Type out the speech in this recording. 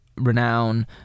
renown